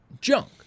junk